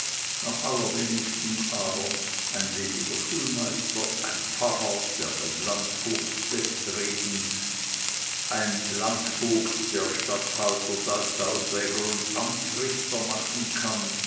am allerwenigsten aber ein lediger schulmeister ein pfarrer der beim landvogt z'best reden ein landvogt der statthalter salzauswäger amtsrichter machen kann